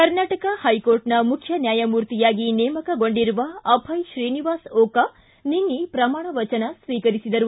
ಕರ್ನಾಟಕ ಹೈಕೋರ್ಟ್ನ ಮುಖ್ಯ ನ್ಯಾಯಮೂರ್ತಿಯಾಗಿ ನೇಮಕಗೊಂಡಿರುವ ಅಭಯ ಶ್ರೀನಿವಾಸ ಓಕಾ ನಿನ್ನೆ ಪ್ರಮಾಣವಚನ ಸ್ವೀಕರಿಸಿದರು